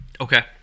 Okay